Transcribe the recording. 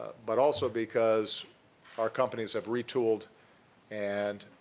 but also because our companies have retooled and,